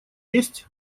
есть